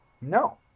No